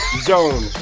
Zone